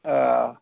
ও